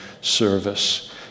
service